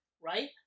right